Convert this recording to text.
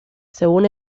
según